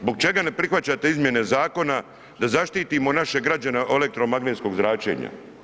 Zbog čega ne prihvaćate izmjene zakona da zaštitimo naše građane od elektromagnetskog zračenja?